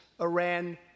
Iran